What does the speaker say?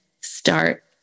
start